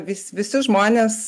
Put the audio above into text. vis visi žmonės